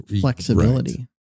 flexibility